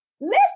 Listen